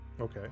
Okay